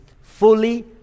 fully